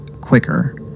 quicker